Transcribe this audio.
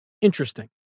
Interesting